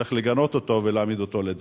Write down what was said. צריך לגנות אותו ולהעמיד אותו לדין.